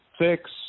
six